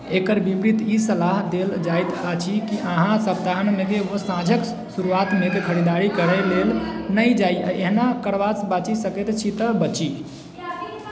एकर विपरीत ई सलाह देल जाइत अछि कि अहाँ सप्ताहान्तमे वा साँझक शुरुआतमे खरीदारी करै लेल नहि जाइ आ एहना करबासँ बचि सकैत छी तऽ बची